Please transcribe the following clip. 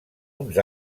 uns